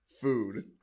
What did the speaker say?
food